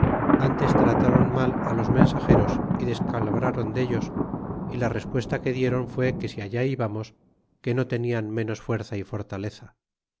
ntes tratáron mal los rnensageros y descalabrron dellos y la respuesta que dieron fue quesi allá íbamos que no tenian menos fuerza y fortaleza